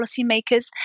policymakers